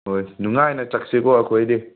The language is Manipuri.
ꯍꯣꯏ ꯅꯨꯡꯉꯥꯏꯅ ꯆꯠꯁꯤꯀꯣ ꯑꯩꯈꯣꯏꯗꯤ